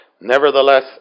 nevertheless